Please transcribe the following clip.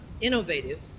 innovative